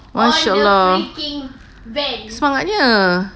mashallah